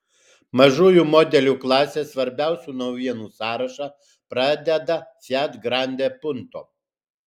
mažųjų modelių klasės svarbiausių naujienų sąrašą pradeda fiat grande punto